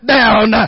down